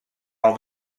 all